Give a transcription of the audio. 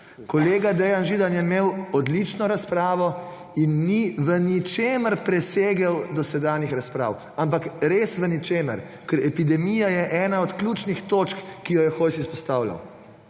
Kolega Dejan Židan je imel odlično razpravo in ni v ničemer presegel dosedanjih razprav, ampak res v ničemer, ker epidemija je ena od ključnih točk, ki jo je Hojs izpostavljal.